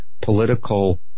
political